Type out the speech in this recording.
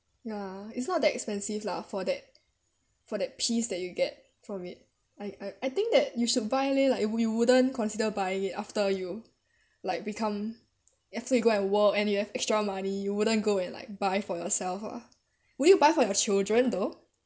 ya it's not that expensive lah for that for that peace that you get from it I I I think that you should buy leh like you wouldn't you wouldn't consider buying it after you like become after you go and work and you have extra money you wouldn't go and like buy for yourself ah will you buy for your children though